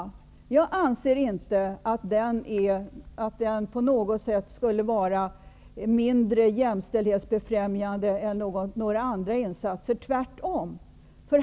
Jag anser inte att vårdlön på något sätt skulle vara mindre jämställdhetsbefrämjande än några andra insatser, tvärtom.